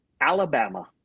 Alabama